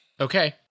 Okay